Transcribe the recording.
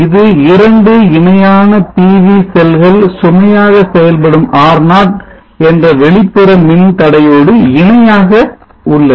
இது 2 இணையான PV செல்கள் சுமையாக செயல்படும் R0 என்ற வெளிப்புற மின்தடை யோடு இணையாக உள்ளது